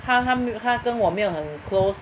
她她没她跟我没有很 close